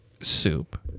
Soup